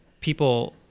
people